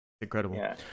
Incredible